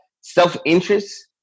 self-interest